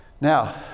Now